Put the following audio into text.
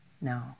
No